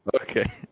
okay